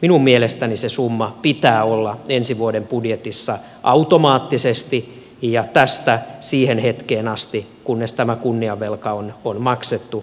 minun mielestäni sen summan pitää olla ensi vuoden budjetissa automaattisesti ja tästä siihen hetkeen asti kunnes tämä kunniavelka on maksettu